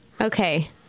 Okay